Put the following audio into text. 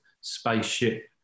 spaceship